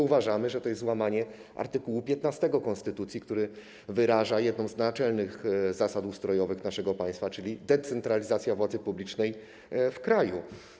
Uważamy, że to jest złamanie art. 15 konstytucji, który wyraża jedną z naczelnych zasad ustrojowych naszego państwa, czyli zasadę decentralizacji władzy publicznej w kraju.